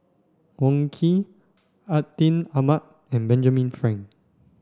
Wong Keen Atin Amat and Benjamin Frank